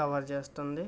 cover చేస్తుంది